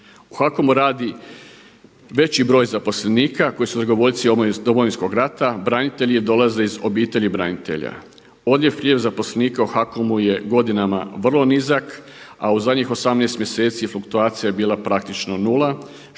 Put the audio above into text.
U HAKOM-u radi veći broj zaposlenika koji su dragovoljci Domovinskog rata, branitelji ili dolaze obitelji branitelja. Odljev-priljev zaposlenika u HAKOM-u je godinama vrlo nizak, a u zadnjih 18 mjeseci fluktuacija je bila praktično nula,